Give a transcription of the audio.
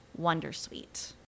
Wondersuite